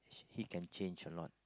he can change a lot